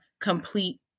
complete